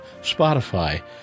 Spotify